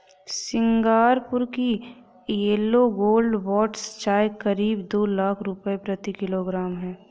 Singapore की yellow gold buds चाय करीब दो लाख रुपए प्रति किलोग्राम है